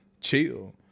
chill